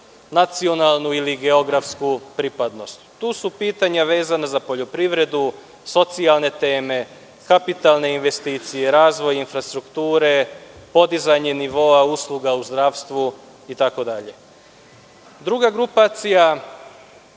nacionalnu ili geografsku pripadnost. Tu su pitanja vezana za poljoprivredu, socijalne teme, kapitalne investicije, razvoj infrastrukture, podizanje nivoa usluga u zdravstvu, itd. Druga grupacija